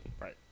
right